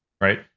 right